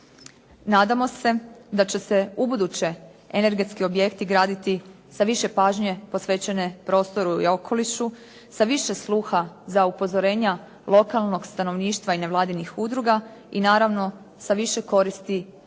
Nadamo se da će se ubuduće energetski objekti graditi sa više pažnje posvećene prostoru i okolišu, sa više sluha za upozorenja lokalnog stanovništva i nevladinih udruga i naravno sa više koristi za